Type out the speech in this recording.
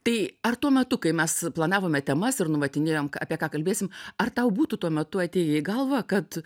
tai ar tuo metu kai mes planavome temas ir numatinėjom ka apie ką kalbėsim ar tau būtų tuo metu atėję į galvą kad